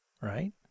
right